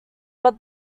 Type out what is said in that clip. but